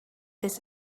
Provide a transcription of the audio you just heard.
this